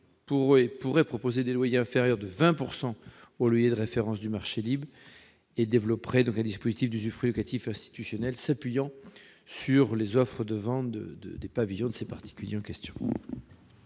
pourraient proposer des loyers inférieurs de 20 % aux loyers de référence sur le marché libre et développeraient un dispositif d'usufruit locatif institutionnel s'appuyant sur les offres de vente des pavillons des particuliers concernés.